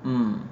um